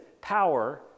power